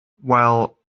well